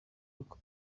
uko